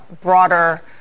broader